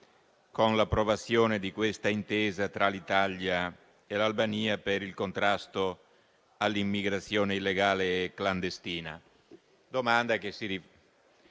con l'approvazione di questa intesa tra l'Italia e l'Albania per il contrasto all'immigrazione illegale e clandestina;